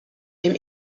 dem